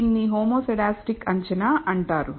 దీనిని హోమోసేడాస్టిసిటీ అంచనా అంటారు